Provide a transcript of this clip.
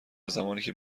زمانیکه